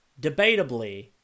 debatably